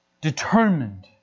determined